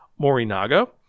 Morinaga